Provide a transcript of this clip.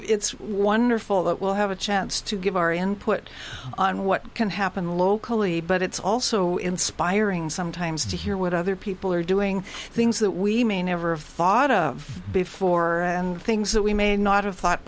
wonderful that will have a chance to give our input on what can happen locally but it's also inspiring sometimes to hear what other people are doing things that we may never have thought of before and things that we may not have thought